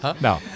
No